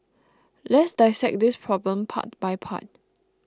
let's dissect this problem part by part